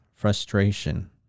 frustration